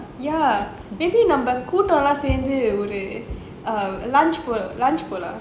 ya maybe நம்ம கூட சேர்ந்து:namma kuda sernthu err lunch போலாம்:polaam